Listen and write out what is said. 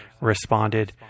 responded